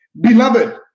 Beloved